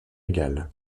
égale